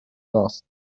lost